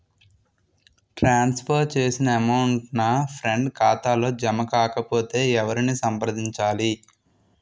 ట్రాన్స్ for చేసిన amount నా friend ఖాతాలో జమ కాకపొతే ఎవరిని సంప్రదించాలి?